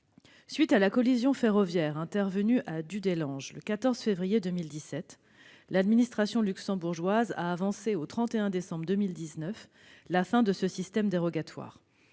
suite de la collision ferroviaire survenue à Dudelange le 14 février 2017, l'administration luxembourgeoise a avancé au 31 décembre 2019 la fin de ce système dérogatoire.